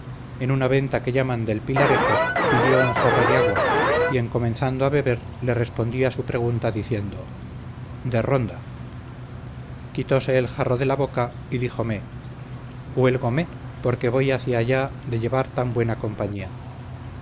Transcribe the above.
en una venta que llaman del pilarejo pidió un jarro de agua y en comenzando a beber le respondí a su pregunta diciendo de ronda quitose el jarro de la boca y díjome huélgome porque voy hacia allá de llevar tan buena compañía